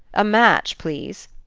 a match, please?